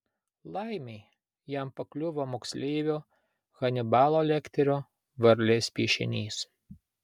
laimei jam pakliuvo moksleivio hanibalo lekterio varlės piešinys